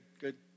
good